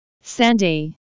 Sandy